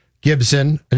Gibson